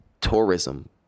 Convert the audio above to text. tourism